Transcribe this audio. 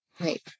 Right